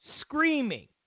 screaming